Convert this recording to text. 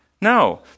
No